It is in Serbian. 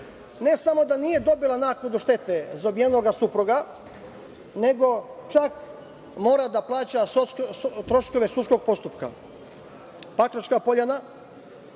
Ne samo da nije dobila naknadu štete za ubijenog supruga, nego čak mora da plaća troškove sudskog postupka. Pakračka poljana,